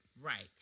Right